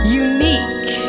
unique